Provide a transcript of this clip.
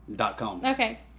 Okay